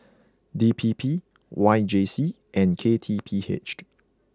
D P P Y J C and K T P H